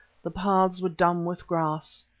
the paths were dumb with grass.